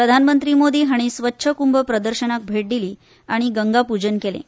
प्रधानमंत्री मोदी हांणी स्वच्छ कूंभ प्रदर्शनाक भेट दिली आनी गंगापूजन केलें